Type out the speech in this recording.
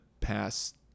past